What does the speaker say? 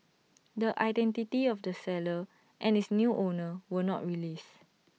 the identity of the seller and its new owner were not released